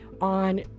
on